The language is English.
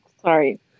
Sorry